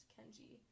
Kenji